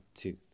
Two